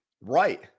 right